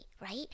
right